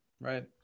right